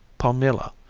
palmilla,